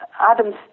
Adam's